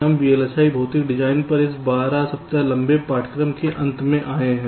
इसलिए हम VLSI भौतिक डिजाइन पर इस 12 वें सप्ताह के लंबे पाठ्यक्रम के अंत में आए हैं